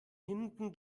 hinten